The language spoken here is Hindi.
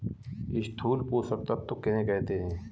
स्थूल पोषक तत्व किन्हें कहते हैं?